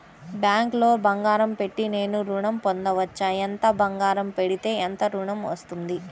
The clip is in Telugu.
బ్యాంక్లో బంగారం పెట్టి నేను ఋణం పొందవచ్చా? ఎంత బంగారం పెడితే ఎంత ఋణం వస్తుంది?